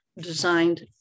designed